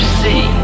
see